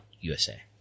USA